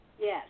Yes